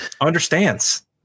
understands